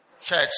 church